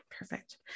Perfect